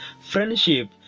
Friendship